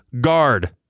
Guard